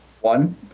One